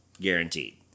guaranteed